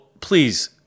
please